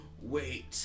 Wait